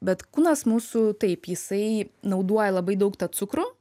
bet kūnas mūsų taip jisai naudoja labai daug tą cukrų